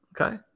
Okay